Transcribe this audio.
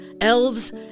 elves